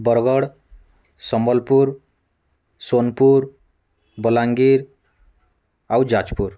ବରଗଡ଼ ସମ୍ବଲପୁର ସୋନପୁର ବଲାଙ୍ଗୀର ଆଉ ଯାଜପୁର